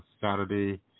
Saturday